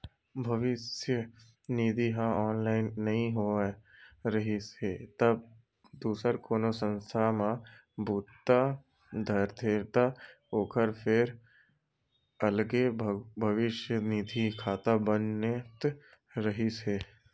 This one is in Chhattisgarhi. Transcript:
भविस्य निधि ह ऑनलाइन नइ होए रिहिस हे तब दूसर कोनो संस्था म बूता धरथे त ओखर फेर अलगे भविस्य निधि खाता बनत रिहिस हे